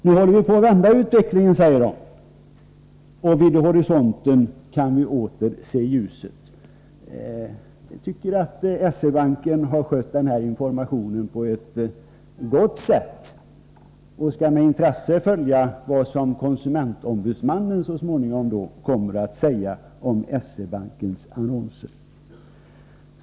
Nu håller vi på att vända utvecklingen, säger man också, och vid horisonten kan vi åter se ljuset. Jag tycker att S-E-Banken har skött den här informationen på ett gott sätt, och jag skall med intresse följa vad konsumentombudsmannen så småningom kommer att säga om S-E-Bankens annonser.